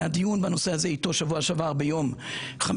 היה דיון בנושא הזה איתו בשבוע שעבר ביום חמישי,